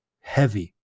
heavy